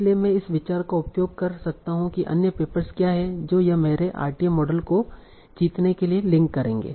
इसलिए मैं इस विचार का उपयोग कर सकता हूं कि अन्य पेपर्स क्या हैं जो यह मेरे RTM मॉडल को जीतने के लिए लिंक करेंगे